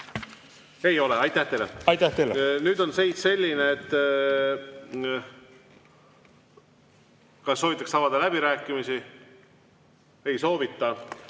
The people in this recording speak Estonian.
teile! Aitäh teile! Nüüd on seis selline, et küsin, kas soovitakse avada läbirääkimisi. Ei soovita.